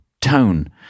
tone